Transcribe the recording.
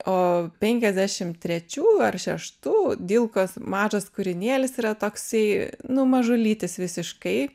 o penkiasdešim trečių šeštų dilkos mažas kūrinėlis yra toksai nu mažulytis visiškai